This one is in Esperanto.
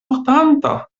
mortanta